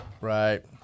right